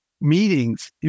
meetings